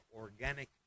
organic